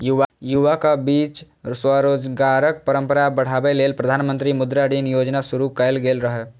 युवाक बीच स्वरोजगारक परंपरा बढ़ाबै लेल प्रधानमंत्री मुद्रा ऋण योजना शुरू कैल गेल रहै